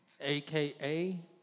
aka